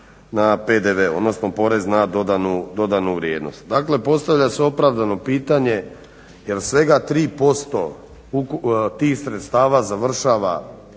na PDV odnosno porez na dodanu vrijednost. Dakle postavlja se opravdano pitanje jel svega 3% tih sredstava završava